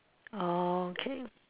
orh okay